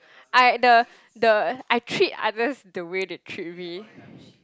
I the the I treat others the way they treat me